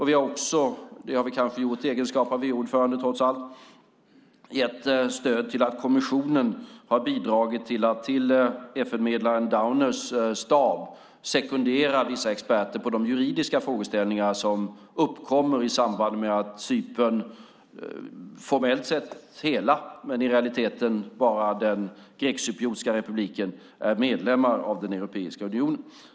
Vi har också - det har vi trots allt gjort i egenskap av EU-ordförande - gett stöd till kommissionen att bidra till att FN-medlaren Downers stab sekunderar vissa experter i de juridiska frågeställningar som uppkommer i samband med att Cypern, formellt sett hela men i realiteten bara den grekcypriotiska republiken, är medlem av Europeiska unionen.